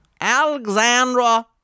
Alexandra